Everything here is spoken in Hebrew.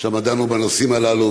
ששם דנו בנושאים הללו,